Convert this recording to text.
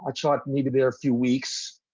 i shot maybe there a few weeks,